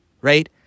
right